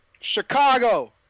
Chicago